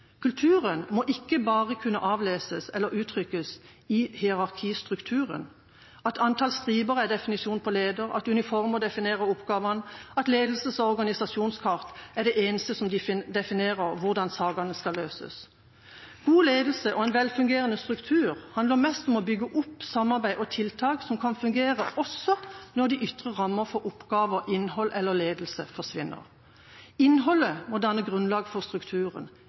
Kulturen må ikke bare kunne avleses eller uttrykkes i hierarkistrukturen – at antall striper er definisjon på leder, at uniformen definerer oppgavene, at ledelses- eller organisasjonskart er det eneste som definerer hvordan sakene skal løses. God ledelse og en velfungerende struktur handler mest om å bygge opp samarbeid og tiltak som kan fungere også når de ytre rammer for oppgaver, innhold eller ledelse forsvinner. Innholdet må danne grunnlag for strukturen,